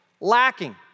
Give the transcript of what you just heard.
lacking